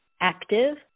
active